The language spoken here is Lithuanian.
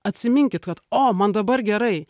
atsiminkit kad o man dabar gerai